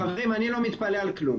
חברים, אני לא מתפלא על כלום.